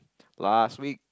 last week